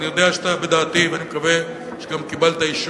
ובתנאי שהממשלה, כשאתה אומר "לזה"